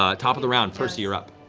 ah top of the round, percy, you're up.